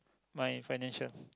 my financial